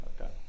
Okay